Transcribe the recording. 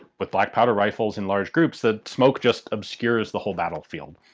with black powder rifles in large groups, that smoke just obscures the whole battlefield.